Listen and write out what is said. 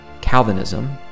Calvinism